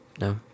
No